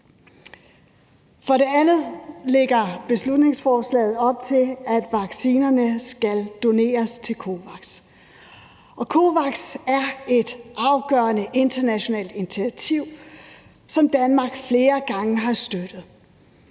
For det andet lægger beslutningsforslaget op til, at vaccinerne skal doneres til COVAX. COVAX er et afgørende internationalt initiativ, som Danmark flere gange har støttet,